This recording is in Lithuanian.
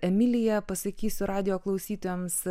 emilija pasakysiu radijo klausytojams